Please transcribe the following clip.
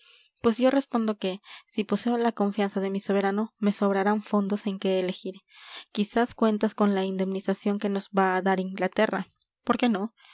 pues yo respondo que si poseo la confianza de mi soberano me sobrarán fondos en que elegir quizás cuentas con la indemnización que nos va a dar inglaterra por qué no